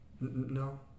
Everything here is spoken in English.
No